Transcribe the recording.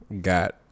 got